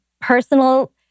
personal